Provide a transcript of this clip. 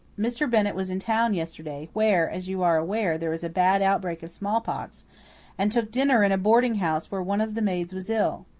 mr. bennett was in town yesterday where, as you are aware, there is a bad outbreak of smallpox and took dinner in a boarding-house where one of the maids was ill.